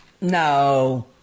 No